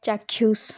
ଚାକ୍ଷୁସ